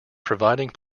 providing